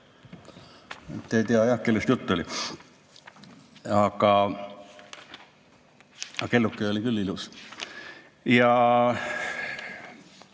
ei tea jah, kellest jutt oli. Aga kelluke oli küll ilus. ...